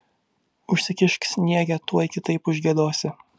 užsikišk sniege tuoj kitaip užgiedosi